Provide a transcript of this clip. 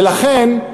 ולכן,